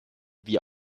wie